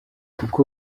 uko